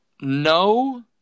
No